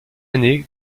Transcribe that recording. année